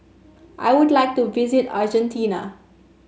I would like to visit Argentina